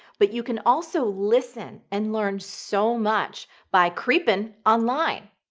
but you can also listen and learn so much by creepin' online,